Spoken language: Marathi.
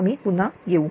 आम्ही पुन्हा येऊ